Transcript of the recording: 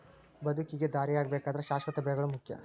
ಬದುಕಿಗೆ ದಾರಿಯಾಗಬೇಕಾದ್ರ ಶಾಶ್ವತ ಬೆಳೆಗಳು ಮುಖ್ಯ